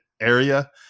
Area